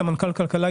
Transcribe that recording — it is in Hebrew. סמנכ"ל כלכלה,